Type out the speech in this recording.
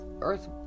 Earth